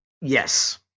Yes